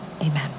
amen